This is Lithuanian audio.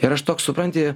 ir aš toks supranti